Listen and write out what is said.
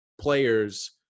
players